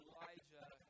Elijah